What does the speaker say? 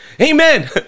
Amen